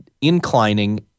inclining